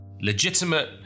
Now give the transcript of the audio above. Legitimate